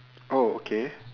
oh okay